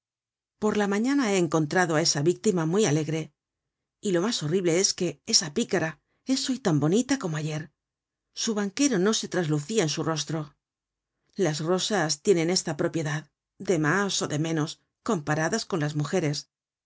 por la mañana he encontrado á esa víctima muy alegre y lo mas horrible es que esa picara es hoy tan bonita como ayer su banquero no se traslucia en su rostro las rosas tienen esta propiedad de mas ó de menos comparadas con las mujeres